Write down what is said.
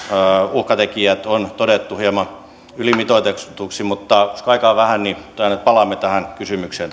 uhkatekijät on todettu hieman ylimitoitetuiksi mutta kun aikaa on vähän niin palaamme tähän kysymykseen